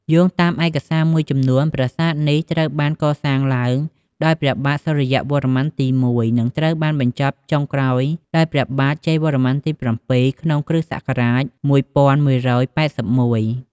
យោងតាមឯកសារមួយចំនួន ប្រាសាទនេះត្រូវបានកសាងឡើងដោយព្រះបាទ សូរ្យវរ្ម័នទី ១ និងត្រូវបានបញ្ចប់ចុងក្រោយដោយព្រះបាទ ជ័យវរ្ម័នទី ៧ ក្នុង គ្រិស្តសករាជ ១១៨១។